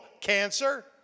cancer